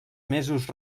mesos